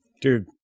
Dude